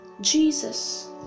Jesus